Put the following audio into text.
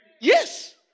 Yes